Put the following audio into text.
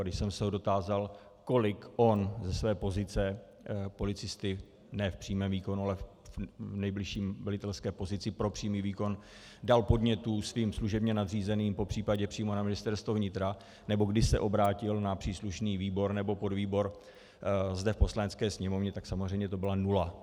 A když jsem se ho dotázal, kolik on ze své pozice policisty ne v přímém výkonu, ale v nejbližší velitelské pozici pro přímý výkon dal podnětů svým služebně nadřízeným, popřípadě přímo na Ministerstvo vnitra, nebo kdy se obrátil na příslušný výbor nebo podvýbor zde v Poslanecké sněmovně, tak to samozřejmě byla nula.